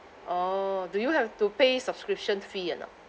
orh do you have to pay subscription fee or not